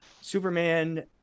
Superman